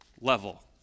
level